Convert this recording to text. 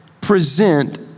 present